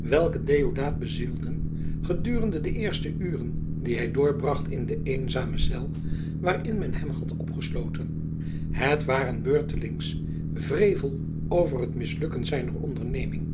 welke deodaat bezielden gedurende de eerste uren die hij doorbracht in de eenzame cel waarin men hem had opgesloten het waren beurtelings wrevel over het mislukken zijner onderneming